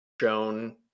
shown